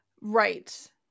Right